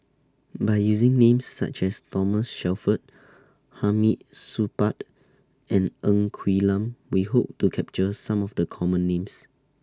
By using Names such as Thomas Shelford Hamid Supaat and Ng Quee Lam We Hope to capture Some of The Common Names